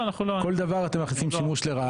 כל דבר אתם מכניסים שימוש לרעה.